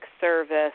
service